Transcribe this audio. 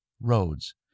roads